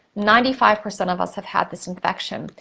ninety five percent of us have had this infection.